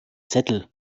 zettel